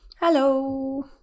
Hello